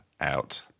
out